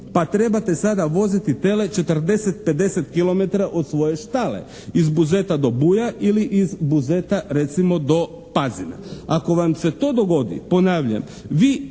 Pa trebate sada voziti tele 40, 50 kilometara od svoje štale. Iz Buzeta do Buja ili iz Buzeta recimo do Pazina. Ako vam se to dogodi ponavljam vi